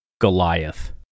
Goliath